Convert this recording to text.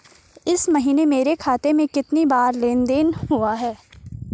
इस महीने मेरे खाते में कितनी बार लेन लेन देन हुआ है?